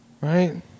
right